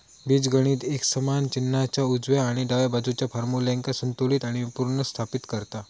बीजगणित एक समान चिन्हाच्या उजव्या आणि डाव्या बाजुच्या फार्म्युल्यांका संतुलित आणि पुनर्स्थापित करता